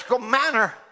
manner